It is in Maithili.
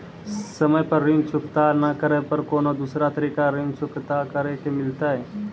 समय पर ऋण चुकता नै करे पर कोनो दूसरा तरीका ऋण चुकता करे के मिलतै?